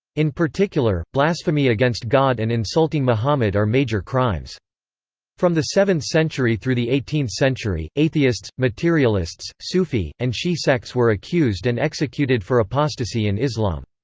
in particular, blasphemy against god and insulting muhammad are major crimes from the seventh century through the eighteenth century, atheists, materialists, sufi, and shii sects were accused and executed for apostasy in islam.